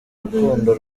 rukundo